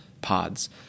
pods